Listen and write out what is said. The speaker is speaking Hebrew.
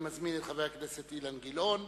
אני מזמין את חבר הכנסת אילן גילאון.